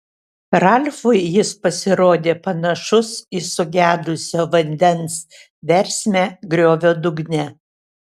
ralfui jis pasirodė panašus į sugedusio vandens versmę griovio dugne